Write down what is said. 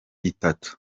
itatu